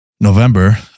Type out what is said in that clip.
November